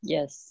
Yes